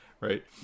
right